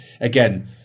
again